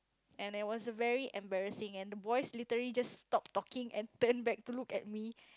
and there was very a embarrassing and the boys literally just stopped talking and turned back to look at me